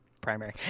primary